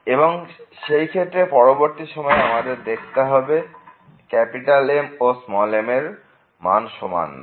এবং সেই ক্ষেত্রে পরবর্তী সময় আমাদের দেখতে হবে যে M ও m এর মান সমান নয়